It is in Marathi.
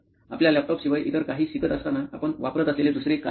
आपल्या लॅपटॉप शिवाय इतर काही शिकत असताना आपण वापरत असलेले दुसरे काहीही